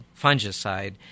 fungicide